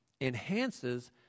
enhances